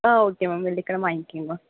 ஆ okay ma'am வெள்ளிக்கிழமை வாங்கிக்கோங்க ma'am